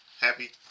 happy